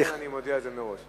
לכן אני מודיע את זה מראש.